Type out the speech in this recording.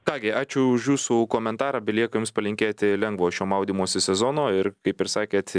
ką gi ačiū už jūsų komentarą belieka jums palinkėti lengvo šio maudymosi sezono ir kaip ir sakėt